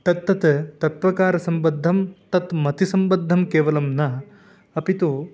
तत्तत् तत्वकारसम्बद्धं तत् मतिसम्बद्धं केवलं न अपि तु